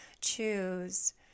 choose